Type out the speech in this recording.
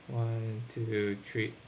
one two three